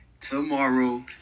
tomorrow